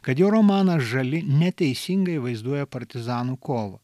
kad jo romanas žali neteisingai vaizduoja partizanų kovą